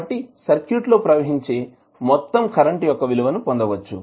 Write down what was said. కాబట్టి సర్క్యూట్ లో ప్రవహించే మొత్తం కరెంట్ యొక్క విలువని పొందవచ్చు